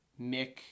Mick